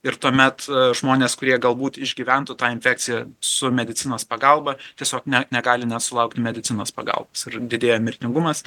ir tuomet žmonės kurie galbūt išgyventų tą infekciją su medicinos pagalba tiesiog ne negali net sulaukt medicinos pagalbos didėja mirtingumas